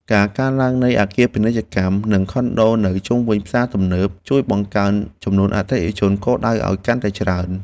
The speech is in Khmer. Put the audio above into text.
ការកើនឡើងនៃអគារពាណិជ្ជកម្មនិងខុនដូនៅជុំវិញផ្សារទំនើប ជួយបង្កើនចំនួនអតិថិជនគោលដៅឱ្យកាន់តែច្រើន។